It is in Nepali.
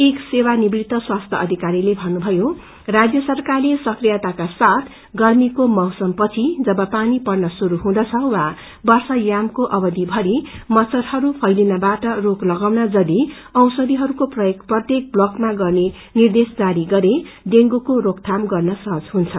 एक सेवानिवृत स्वास्थ्य अष्क्रिरीले भन्नुभयो राज्य सरकारले सक्रियताका साथ गर्मीको मैसमपछि जब पानी र्पन शुरू हुदँछ वा वर्षा यामको अवधिभरि मच्छरहरू फैलिनबाट रोक लगाउन यदि औषधिहरूको प्रयोग प्रत्येक ब्लक मा गर्ने निर्देश जारी गरे इँगूको रोकथाम गर्न सहज हुनेछ